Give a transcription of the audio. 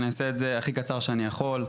אני אעשה את זה הכי קצר שאני יכול.